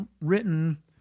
written